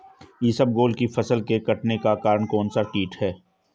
इसबगोल की फसल के कटने का कारण कौनसा कीट है?